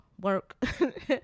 work